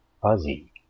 fuzzy